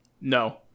No